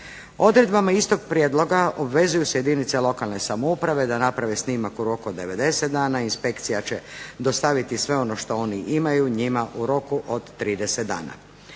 Odredbama istog prijedloga obvezuju se jedinice lokalne samouprave da naprave snimak u roku od 90 dana, inspekcija će dostaviti sve ono što oni imaju njima u roku od 30 dana.